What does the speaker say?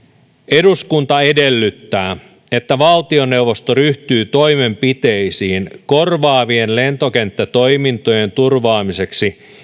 eduskunta edellyttää että valtioneuvosto ryhtyy toimenpiteisiin korvaavien lentokenttätoimintojen turvaamiseksi